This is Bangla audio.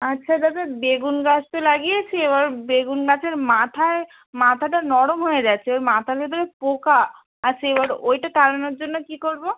আচ্ছা দাদা বেগুন গাছ তো লাগিয়েছি এবার বেগুন গাছের মাথায় মাথাটা নরম হয়ে গেছে ওই মাথার ভেতরে পোকা আর সেবার ওইটা তাড়ানোর জন্য কী করবো